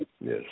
yes